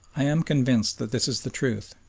i am convinced that this is the truth,